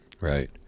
right